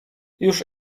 już